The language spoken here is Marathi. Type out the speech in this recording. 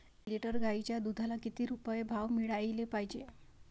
एक लिटर गाईच्या दुधाला किती रुपये भाव मिळायले पाहिजे?